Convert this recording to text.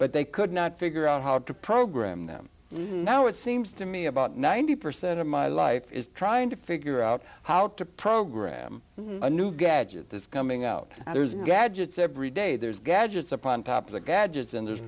but they could not figure out how to program them now it seems to me about ninety percent of my life is trying to figure out how to program a new gadget that's coming out gadgets every day there's gadgets upon top of the gadgets and there's